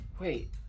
Wait